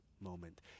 moment